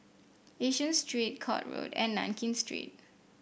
Yishun Street Court Road and Nankin Street